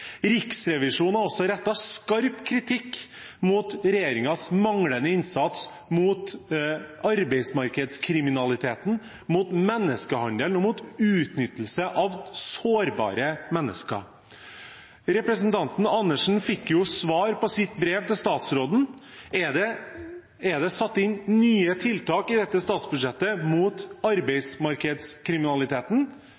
Riksrevisjonen har også rettet skarp kritikk mot regjeringens manglende innsats mot arbeidsmarkedskriminaliteten, mot menneskehandel, og mot utnyttelse av sårbare mennesker. Representanten Andersen fikk svar på sitt brev til statsråden: Er det satt inn nye tiltak i dette statsbudsjettet mot